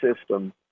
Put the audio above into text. system